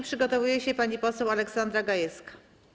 Przygotowuje się pani poseł Aleksandra Gajewska.